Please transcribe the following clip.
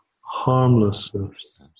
harmlessness